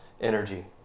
energy